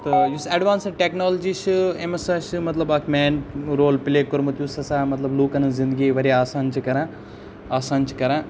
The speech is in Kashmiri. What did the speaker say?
تہٕ یُس اٮ۪ڈوانسٕڈ ٹیکنالوجی چھِ أمِس سَا چھِ مطلب اَکھ مین رول پٕلے کوٚرمُت یُس ہَسا مطلب لُکَن ہِنٛز زِندگی واریاہ آسان چھِ کَران آسان چھِ کَران